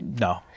No